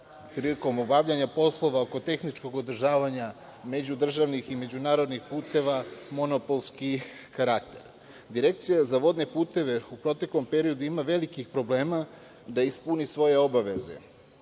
prilikom obavljanja poslova oko tehničkog održavanja međudržavnih i međunarodnih puteva monopolski karakter. Direkcija za vodne puteve u proteklom periodu ima velikih problema da ispuni svoje obaveze,